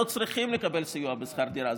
לא צריכים לקבל סיוע בשכר דירה.